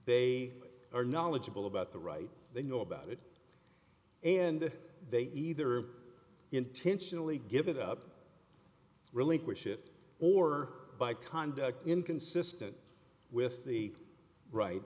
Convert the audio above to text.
they are knowledgeable about the right they know about it and they either intentionally give it up relinquish it or by conduct inconsistent with the right